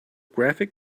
graphic